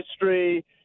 history